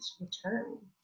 return